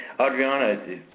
Adriana